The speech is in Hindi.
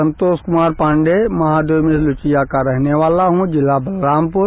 संतोष कुमार पाण्डेय महादेव मिरलूठिया का रहने वाला हूं जिला बलरामपुर